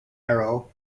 arrow